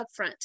upfront